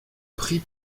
pris